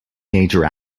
major